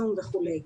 זום וכו',